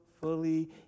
fully